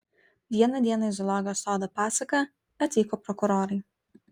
vieną dieną į zoologijos sodą pasaką atvyko prokurorai